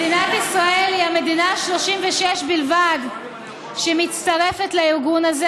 מדינת ישראל היא המדינה ה-36 בלבד שמצטרפת לארגון הזה.